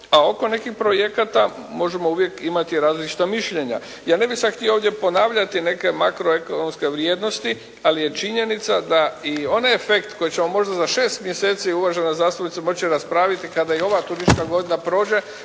a oko nekih projekata možemo uvijek imati različita mišljenja. Ja ne bih sad htio ovdje ponavljati neke makroekonomske vrijednosti, ali je činjenica da i onaj efekt koji će vam možda za 6 mjeseci, uvažena zastupnice, moći raspraviti kada i ova turistička godina prođe,